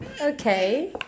Okay